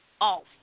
off